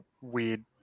weird